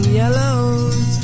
yellows